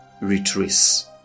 retrace